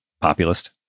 populist